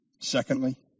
Secondly